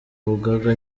rugaga